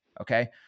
okay